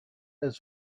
his